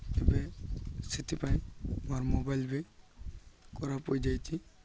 ଏବେ ସେଥିପାଇଁ ମୋର୍ ମୋବାଇଲ୍ ବି ଖରାପ ହୋଇଯାଇଛି